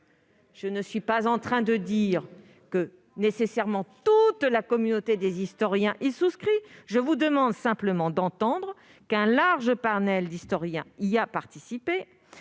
Je ne prétends pas que toute la communauté des historiens y souscrit. Je vous demande simplement d'entendre qu'un large panel d'historiens y a participé